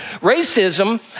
Racism